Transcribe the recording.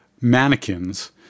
mannequins